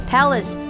Palace